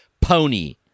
pony